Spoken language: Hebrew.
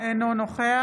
אינו נוכח